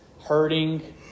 hurting